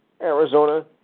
Arizona